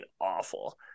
awful